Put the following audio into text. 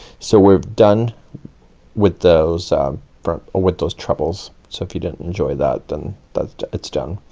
so we're done with those with those trebles. so if you didn't enjoy that, then that, it's done.